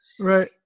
Right